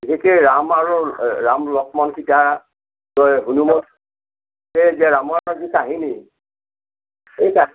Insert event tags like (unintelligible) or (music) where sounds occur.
বিশেষকৈ ৰাম আৰু ৰাম লক্ষ্মণ আৰু সীতা জয় হনুমান (unintelligible) ৰামৰ সীতাৰ যি কাহিনী এই কাহিনী